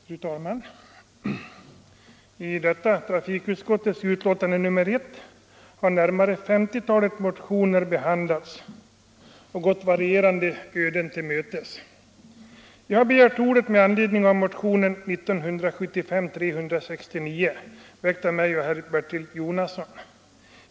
Fru talman! I detta trafikutskottets betänkande nr 1 har närmare 50 talet motioner behandlats och gått varierande öden till mötes. Jag har begärt ordet med anledning av motionen nr 1975:369, väckt av mig och herr Bertil Jonasson.